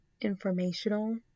informational